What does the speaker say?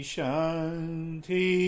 Shanti